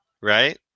Right